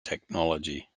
technology